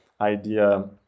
idea